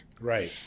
right